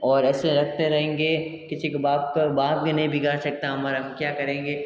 और ऐसे रखते रहेंगे किसी के बाप का भी नहीं बिगाड़ सकता हमारा हम क्या करेंगे